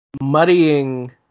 muddying